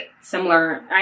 similar